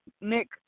Nick